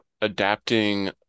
adapting